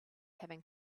having